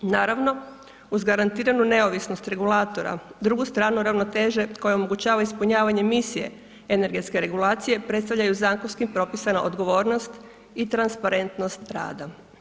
Naravno uz garantiranu neovisnost regulatora, drugu stranu ravnoteže, koja omogućava ispunjavanje misije energetske regulacije, predstavljaju zakonskim propisom odgovornost i transparentnost rada.